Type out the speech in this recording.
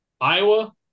iowa